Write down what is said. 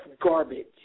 garbage